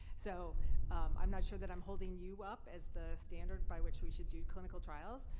so i'm not sure that i'm holding you up as the standard by which we should do clinical trials,